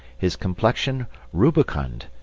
his complexion rubicund,